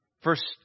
First